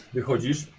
Wychodzisz